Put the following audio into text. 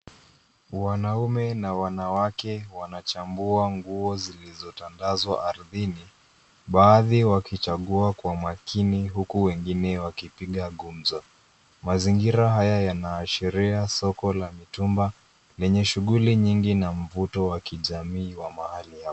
Wanaume na wanawake wanachambua nguo zilizotandazwa ardhini baadhi wakichagua kwa makini huku wengine wakipiga gumzo. Mazingira haya yanaashiria soko la mitumba lenye shughuli nyingi na mvuto wa kijamii wa mahali hapo.